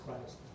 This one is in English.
Christ